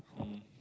mm